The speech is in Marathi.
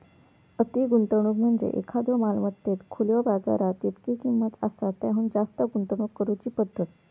अति गुंतवणूक म्हणजे एखाद्यो मालमत्तेत खुल्यो बाजारात जितकी किंमत आसा त्याहुन जास्त गुंतवणूक करुची पद्धत